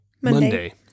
Monday